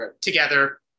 together